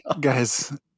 Guys